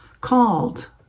called